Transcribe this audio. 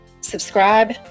Subscribe